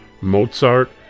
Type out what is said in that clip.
Mozart